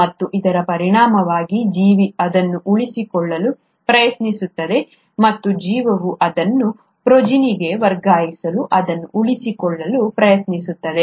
ಮತ್ತು ಇದರ ಪರಿಣಾಮವಾಗಿ ಜೀವಿ ಅದನ್ನು ಉಳಿಸಿಕೊಳ್ಳಲು ಪ್ರಯತ್ನಿಸುತ್ತದೆ ಮತ್ತು ಜೀವವು ಅದನ್ನು ಪ್ರೊಜೆನ್ಸಿಗೆ ವರ್ಗಾಯಿಸಲು ಅದನ್ನು ಉಳಿಸಿಕೊಳ್ಳಲು ಪ್ರಯತ್ನಿಸುತ್ತದೆ